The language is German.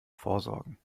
vorsorgen